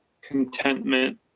contentment